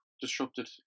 disrupted